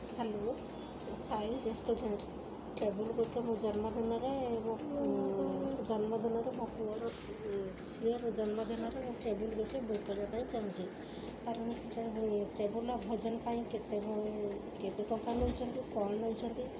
hello Sai restaurant table ଗୋଟେ ମୋ ଜନ୍ମଦିନରେ ଏବଂ ଜନ୍ମଦିନରେ ମୋ ପୁଅର ଝିଅର ଜନ୍ମଦିନରେ ମୁଁ ଟେବୁଲ୍ ଗୋଟେ ବୁକ୍ କରିବା ପାଇଁ ଚାହୁଁଛି କାରଣ ସେଇଟା ଟେବୁଲ୍ର ଭୋଜନ ପାଇଁ କେତେ କେତେ ଟଙ୍କା ନେଉଛନ୍ତି କ'ଣ ନେଉଛନ୍ତି